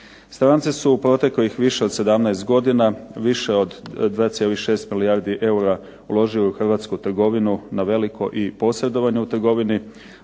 Stranci su u proteklih više od 17 godina, više od 2,6 milijardi eura uložili u hrvatsku trgovinu na veliko i posredovanje u trgovini,